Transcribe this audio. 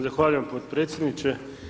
Zahvaljujem potpredsjedniče.